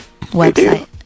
website